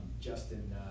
Justin